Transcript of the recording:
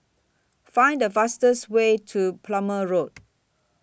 Find The fastest Way to Plumer Road